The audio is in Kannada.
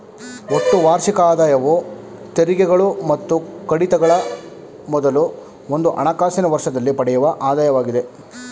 ಒಟ್ಟು ವಾರ್ಷಿಕ ಆದಾಯವು ತೆರಿಗೆಗಳು ಮತ್ತು ಕಡಿತಗಳ ಮೊದಲು ಒಂದು ಹಣಕಾಸಿನ ವರ್ಷದಲ್ಲಿ ಪಡೆಯುವ ಆದಾಯವಾಗಿದೆ